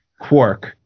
Quark